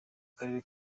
karere